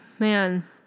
man